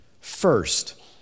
first